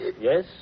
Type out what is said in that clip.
Yes